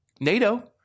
NATO